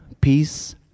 peace